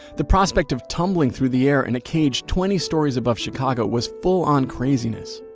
the prospect of tumbling through the air in a cage twenty stories above chicago was full-on craziness.